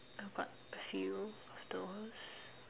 I've got a few of those